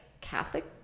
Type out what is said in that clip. Catholic